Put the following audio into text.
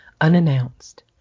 unannounced